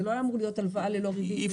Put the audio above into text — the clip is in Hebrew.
זה לא היה אמור להיות הלוואה ללא ריבית.